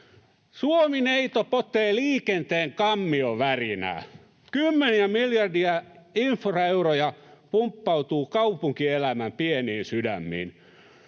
Suomineito potee liikenteen kammiovärinää. Kymmeniä miljardeja infraeuroja pumppautuu kaupunkielämän pieniin sydämiin.